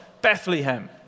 Bethlehem